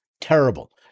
terrible